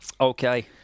Okay